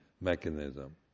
mechanism